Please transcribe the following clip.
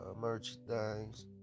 merchandise